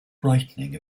brightening